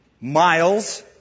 miles